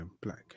black